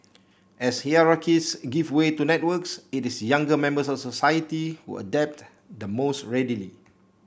as hierarchies give way to networks it is younger members of society who adapt the most readily